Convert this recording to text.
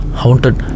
haunted